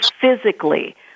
physically